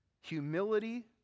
humility